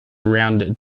rounded